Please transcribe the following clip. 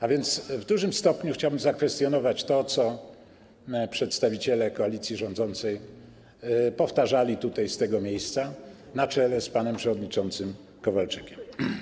A więc w dużym stopniu chciałbym zakwestionować to, co przedstawiciele koalicji rządzącej powtarzali z tego miejsca, na czele z panem przewodniczącym Kowalczykiem.